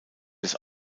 des